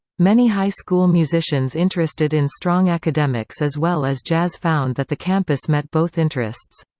many high school musicians interested in strong academics as well as jazz found that the campus met both interests.